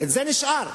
זה נשאר.